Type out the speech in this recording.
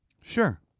Sure